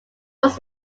was